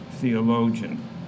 theologian